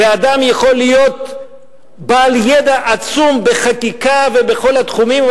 אדם יכול להיות בעל ידע עצום בחקיקה ובכל התחומים,